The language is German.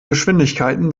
geschwindigkeiten